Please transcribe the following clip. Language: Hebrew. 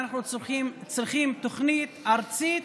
אנחנו צריכים תוכנית ארצית